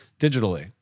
digitally